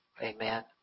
Amen